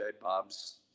Bob's